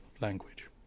language